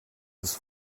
his